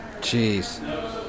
Jeez